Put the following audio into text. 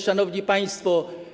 Szanowni Państwo!